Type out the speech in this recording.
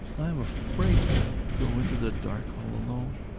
i'm afraid to go into the dark, all alone!